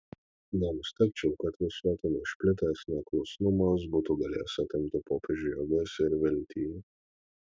nenustebčiau kad visuotinai išplitęs neklusnumas būtų galėjęs atimti popiežiui jėgas ir viltį